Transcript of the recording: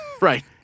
Right